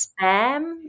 Spam